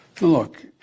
Look